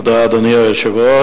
תודה, אדוני היושב-ראש.